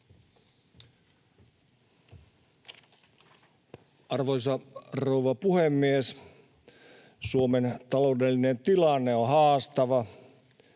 Arvoisa rouva puhemies! Suomen taloudellinen tilanne on haastava.